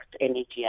energy